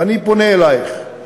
ואני פונה אלייך,